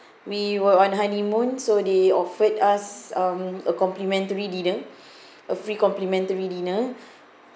we were on honeymoon so they offered us um a complimentary dinner a free complimentary dinner